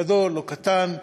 גדול או קטן,